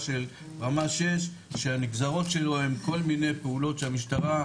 של רמה שש שהנגזרות שלו הן כל מיני פעולות שהמשטרה,